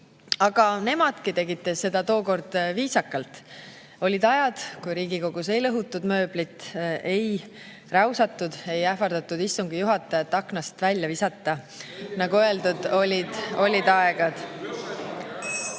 Aga nemadki tegid seda tookord viisakalt. Olid ajad, kui Riigikogus ei lõhutud mööblit, ei räusatud, ei ähvardatud istungi juhatajat aknast välja visata. (Lärm saalis.) Nagu öeldud, olid ajad.